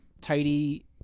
tidy